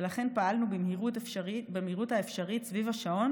ולכן פעלנו במהירות האפשרית סביב השעון